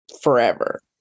forever